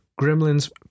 Gremlins